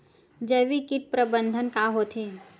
जैविक कीट प्रबंधन का होथे?